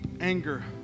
anger